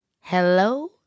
Hello